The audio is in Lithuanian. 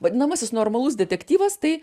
vadinamasis normalus detektyvas tai